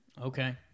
Okay